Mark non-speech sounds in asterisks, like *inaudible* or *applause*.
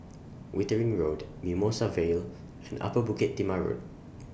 Wittering Road Mimosa Vale and Upper Bukit Timah Road *noise*